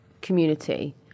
community